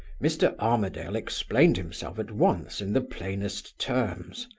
mr. armadale explained himself at once in the plainest terms.